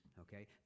okay